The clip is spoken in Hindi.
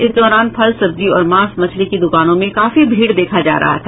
इस दौरान फल सब्जी और मांस मछली की दुकानों में काफी भीड़ देखा जा रहा था